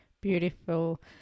Beautiful